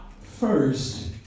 first